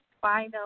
final